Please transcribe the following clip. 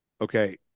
Okay